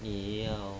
你要